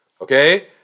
Okay